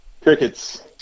crickets